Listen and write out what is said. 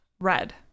red